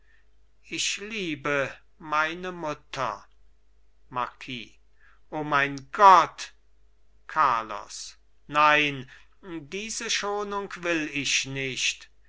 ich liebe meine mutter marquis o mein gott carlos nein diese schonung will ich nicht